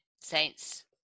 Saints